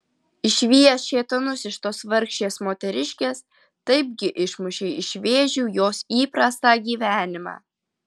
išvijęs šėtonus iš tos vargšės moteriškės taipgi išmušei iš vėžių jos įprastą gyvenimą